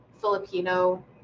Filipino